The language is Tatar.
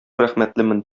рәхмәтлемен